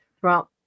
throughout